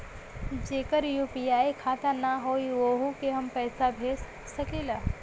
जेकर यू.पी.आई खाता ना होई वोहू के हम पैसा भेज सकीला?